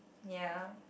ya